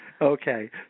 Okay